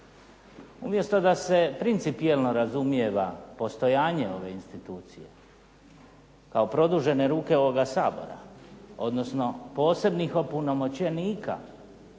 Umjesto da se principijelno razumijeva postojanje ove institucije kao produžene ruke ovoga Sabora, odnosno posebnih opunomoćenika